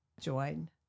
join